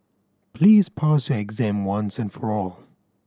please pass your exam once and for all